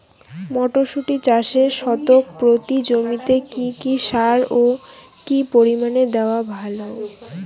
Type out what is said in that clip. মটরশুটি চাষে শতক প্রতি জমিতে কী কী সার ও কী পরিমাণে দেওয়া ভালো?